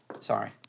Sorry